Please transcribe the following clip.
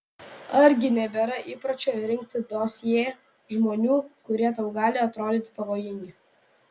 argi nebėra įpročio rinkti dosjė žmonių kurie tau gali atrodyti pavojingi